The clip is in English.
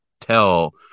tell